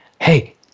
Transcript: Hey